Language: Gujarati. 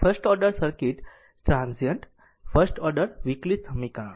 first order circuit transient first order વિકલિત સમીકરણ